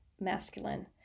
masculine